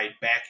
back